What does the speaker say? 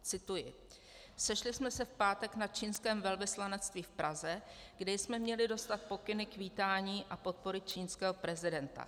Cituji: Sešli jsme se v pátek na čínském velvyslanectví v Praze, kde jsme měli dostat pokyny k vítání a podpoře čínského prezidenta.